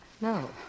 No